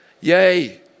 Yay